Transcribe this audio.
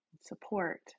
support